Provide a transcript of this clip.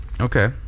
okay